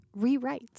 rewrites